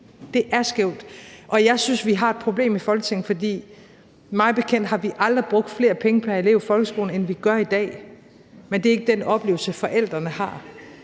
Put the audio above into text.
det er skævt – og jeg synes, vi har et problem i Folketinget, for mig bekendt har vi aldrig brugt flere penge pr. elev i folkeskolen, end vi gør i dag, men det er ikke den oplevelse, forældrene har.